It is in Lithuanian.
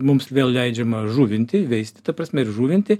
mums vėl leidžiama žuvinti veisti ta prasme ir žuvinti